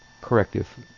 corrective